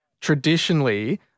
traditionally